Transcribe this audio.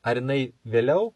ar jinai vėliau